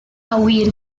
huir